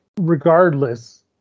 regardless